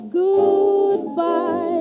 goodbye